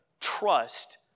trust